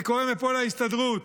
אני קורא מפה להסתדרות,